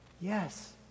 Yes